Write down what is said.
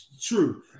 true